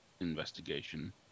investigation